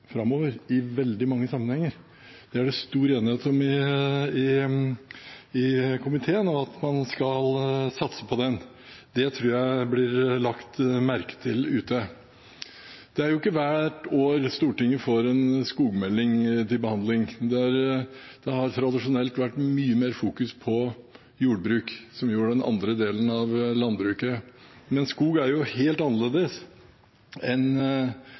framover i veldig mange sammenhenger, det er det stor enighet om i komiteen, og at man skal satse på den. Det tror jeg blir lagt merke til ute. Det er jo ikke hvert år Stortinget får en skogmelding til behandling. Det har tradisjonelt vært mye mer fokus på jordbruk, som er den andre delen av landbruket. Men skog er jo helt annerledes enn